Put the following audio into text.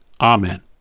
Amen